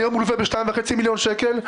היום אני מולווה ב-2.5 מיליון שקל.